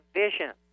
vision